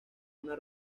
una